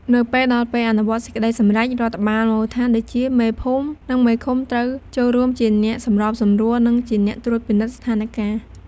នៅពេលដល់ពេលអនុវត្តន៍សេចក្ដីសម្រេច រដ្ឋបាលមូលដ្ឋានដូចជា មេភូមិ និងមេឃុំ ត្រូវចូលរួមជាអ្នកសម្របសម្រួល និងជាអ្នកត្រួតពិនិត្យស្ថានការណ៍។